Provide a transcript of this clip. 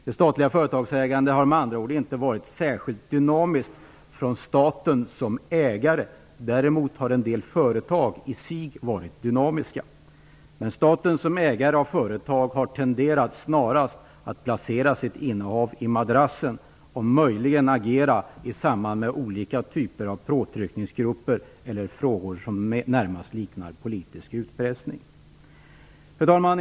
Det statliga företagsägandet har med andra ord inte varit särskilt dynamiskt. Däremot har en del företag i sig varit dynamiska. Staten som ägare till företag har snarast tenderat att placera sitt innehav i madrassen och möjligen agera i samband med olika typer av påtryckningsgrupper eller frågor som närmast liknar politisk utpressning. Fru talman!